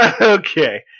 Okay